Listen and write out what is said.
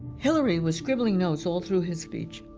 hillary was scribbling notes all through his speech.